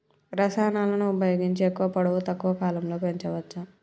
రసాయనాలను ఉపయోగించి ఎక్కువ పొడవు తక్కువ కాలంలో పెంచవచ్చా?